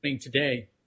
today